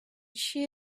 she